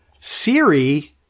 Siri